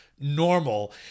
normal